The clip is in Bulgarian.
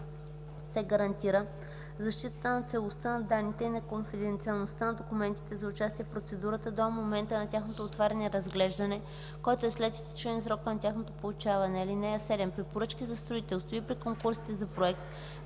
се гарантира защитата на целостта на данните и на конфиденциалността на документите за участие в процедурата до момента на тяхното отваряне и разглеждане, който е след изтичане на срока за тяхното получаване. (7) При поръчки за строителство и при конкурсите за проект